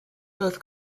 both